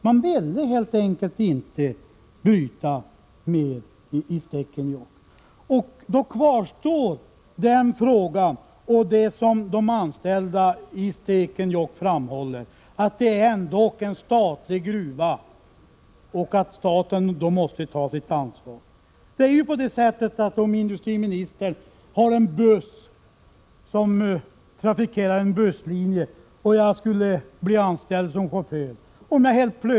Man vill helt enkelt inte bryta mer i Stekenjokk. Då kvarstår det faktum som de anställda i Stekenjokk framhåller, nämligen att det ändock är en statlig gruva och att staten måste ta sitt ansvar. Man kan jämföra med om industriministern skulle ha en buss som trafikerar en busslinje och jag skulle bli anställd som chaufför.